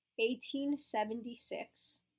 1876